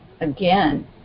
again